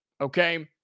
Okay